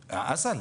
רוצים.